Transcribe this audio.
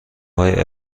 های